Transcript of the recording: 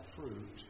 fruit